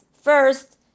first